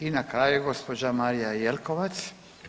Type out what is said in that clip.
I na kraju gospođa Marija Jelkovac.